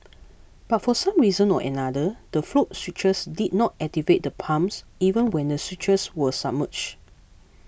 but for some reason or another the float switches did not activate the pumps even when the switches were submerged